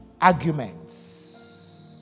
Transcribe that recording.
arguments